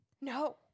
no